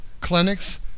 clinics